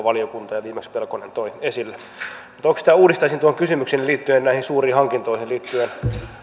valiokunta ja viimeksi pelkonen toi esille mutta oikeastaan uudistaisin tuon kysymykseni liittyen näihin suuriin hankintoihin liittyen